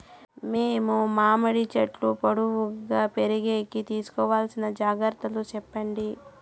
మేము మామిడి చెట్లు పొడువుగా పెరిగేకి తీసుకోవాల్సిన జాగ్రత్త లు చెప్పండి?